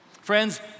Friends